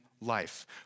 life